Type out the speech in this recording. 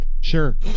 Sure